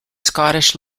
scottish